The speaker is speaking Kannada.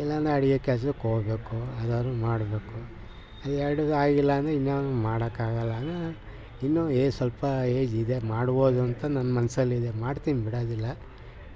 ಇಲ್ಲಾಂದರೆ ಅಡುಗೆ ಕೆಲಸಕ್ಕೋಗ್ಬೇಕು ಅದಾದರೂ ಮಾಡಬೇಕು ಈ ಎರಡೂ ಆಗಿಲ್ಲ ಅಂದರೆ ಇನ್ಯಾವುದೂ ಮಾಡೋಕ್ಕಾಗಲ್ಲ ಅಂದರೆ ನನ್ಗೆ ಇನ್ನೂ ಏಜ್ ಸ್ವಲ್ಪ ಏಜಿದೆ ಮಾಡ್ಬೋದು ಅಂತ ನನ್ನ ಮನಸಲ್ಲಿದೆ ಮಾಡ್ತೀನಿ ಬಿಡೋದಿಲ್ಲ